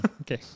Okay